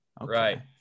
Right